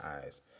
eyes